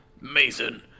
Mason